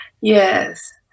Yes